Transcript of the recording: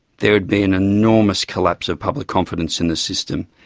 there'd be an enormous collapse of public confidence in the system.